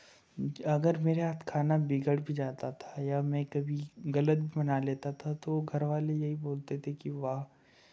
अगर मेरे हाथ खाना बिगड़ भी जाता था या मैं कभी गलत भी बना लेता था तो घरवाले यही बोलते थे कि वाह